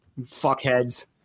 fuckheads